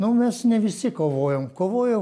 nu mes ne visi kovojom kovojo